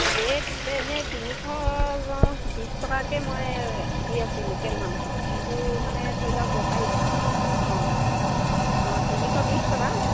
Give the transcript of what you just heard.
rate এনেই তিনিশ বিছ টকাকৈ মই দি আছোঁ লোকেল মানুহক কিন্তু মানে ধৰি লওক বেপাৰী অঁ অঁ তিনিশ বিছ টকা